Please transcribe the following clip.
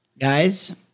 Guys